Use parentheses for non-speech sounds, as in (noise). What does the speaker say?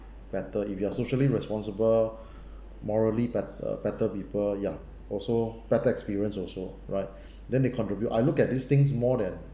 better if you are socially responsible (breath) morally better better people ya also better experience also right (breath) then they contribute I look at these things more than